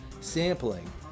sampling